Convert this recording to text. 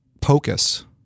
POCUS